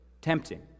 tempting